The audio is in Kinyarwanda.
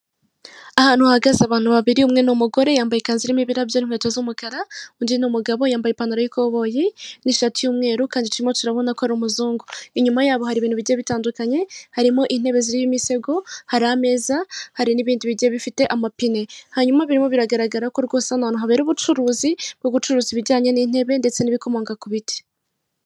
Ahantu hahagaze abantu babiri umwe ni umugore yambaye ikanzu irimo ibirabyo n'inkweto z'umukara, undi ni umugabo yambaye ipantaro y'ikoboyi n'ishati y'umweru kandi turimo turarabona ko ari umuzungu, inyuma yabo hari ibintu bigiye bitandukanye, harimo intebe, ziriho imisego, hari ameza, hari n'ibindi bigiye bifite amapine, hanyuma birimo biragaragara ko rwose hano hantu habera ubucuruzi bwo gucuruza ibijyanye n'intebe ndetse n'ibikomoka ku biti.